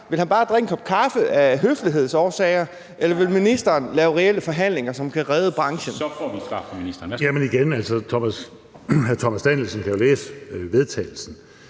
Vil han bare drikke en kop kaffe af høflighedsårsager, eller vil ministeren lave reelle forhandlinger, som kan redde branchen? Kl. 22:12 Formanden (Henrik Dam Kristensen):